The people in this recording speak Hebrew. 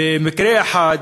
מקרה אחד,